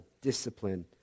discipline